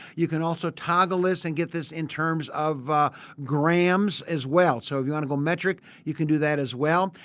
you can also toggle this and get this in terms of grams as well. so, if you want to go metric you can do that as well.